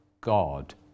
God